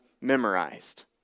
memorized